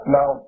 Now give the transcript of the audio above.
Now